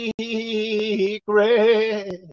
secret